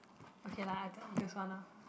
okay lah I thought this one lah